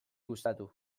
gustatu